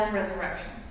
resurrection